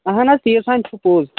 اَہَن حظ تیٖژ ہن چھُ پوٚز